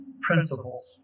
principles